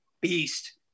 beast